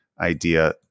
idea